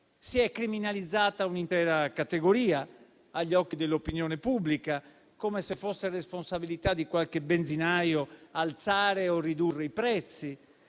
Si è criminalizzata un'intera categoria agli occhi dell'opinione pubblica, come se fosse responsabilità di qualche benzinaio alzare o ridurre i prezzi,